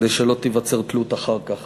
כדי שלא תיווצר תלות אחר כך.